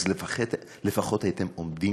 אז לפחות הייתם עומדים